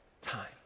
time